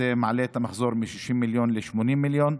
שמעלה את המחזור מ-60 מיליון ל-80 מיליון.